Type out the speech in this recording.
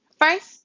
First